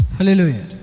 Hallelujah